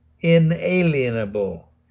inalienable